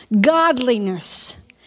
godliness